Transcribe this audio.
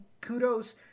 kudos